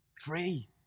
free